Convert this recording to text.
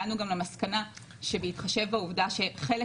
הגענו גם למסקנה שבהתחשב בעובדה שחלק